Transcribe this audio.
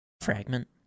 Fragment